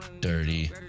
Dirty